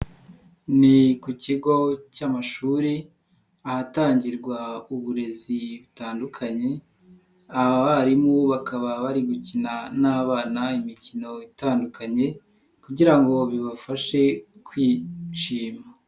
Ni ku kigo cy'amashuri ahatangirwa uburezi butandukanye abarimu bakaba bari gukina n'abana imikino itandukanye kugira ngo bibafashe kwishima.